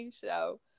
show